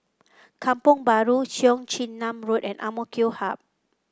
Kampong Bahru Cheong Chin Nam Road and AMK Hub